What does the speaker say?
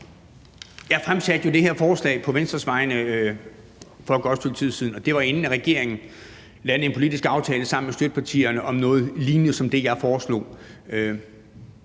Jeg fremsatte jo det her forslag på Venstres vegne for et godt stykke tid siden, og det var, inden regeringen landede en politisk aftale sammen med støttepartierne om noget lignende som det, jeg foreslog.